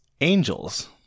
Angels